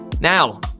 Now